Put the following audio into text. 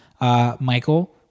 Michael